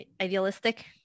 idealistic